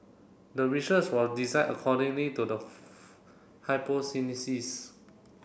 the research was designed accordingly to the